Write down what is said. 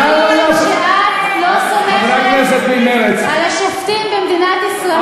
שאת לא סומכת על השופטים במדינת ישראל,